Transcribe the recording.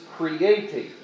Creating